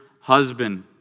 husband